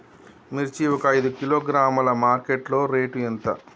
మిర్చి ఒక ఐదు కిలోగ్రాముల మార్కెట్ లో రేటు ఎంత?